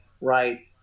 right